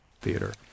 theater